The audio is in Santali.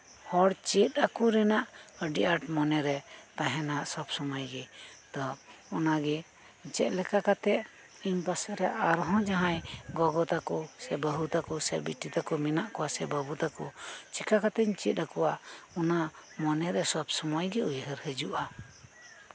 ᱦᱚᱲ ᱪᱮᱫ ᱟᱠᱚ ᱨᱮᱱᱟᱜ ᱟᱹᱰᱤ ᱟᱸᱴ ᱢᱚᱱᱮᱨᱮ ᱛᱟᱦᱮᱸᱱᱟ ᱥᱚᱵᱽ ᱥᱚᱢᱚᱭ ᱜᱮ ᱛᱚ ᱚᱱᱟᱜᱮ ᱪᱮᱫ ᱞᱮᱠᱟ ᱠᱟᱛᱮᱜ ᱤᱧ ᱯᱟᱥᱮᱨᱮ ᱟᱨᱦᱚᱸ ᱡᱟᱸᱦᱟᱭ ᱜᱚᱜᱚ ᱛᱟᱠᱚ ᱥᱮ ᱵᱟᱹᱦᱩ ᱛᱟᱠᱚ ᱥᱮ ᱵᱤᱴᱤ ᱛᱟᱠᱚ ᱢᱮᱱᱟᱜ ᱠᱚᱣᱟ ᱥᱮ ᱵᱟᱹᱵᱩ ᱛᱟᱠᱚ ᱪᱤᱠᱟ ᱠᱟᱛᱮᱧ ᱪᱮᱫ ᱟᱠᱚᱣᱟ ᱚᱱᱟ ᱢᱚᱱᱮᱨᱮ ᱥᱚᱵᱽ ᱥᱚᱢᱚᱭ ᱜᱮ ᱩᱭᱦᱟᱹᱨ ᱦᱤᱡᱩᱜᱼᱟ